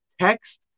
text